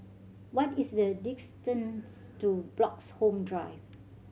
what is the distance to Bloxhome Drive